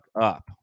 up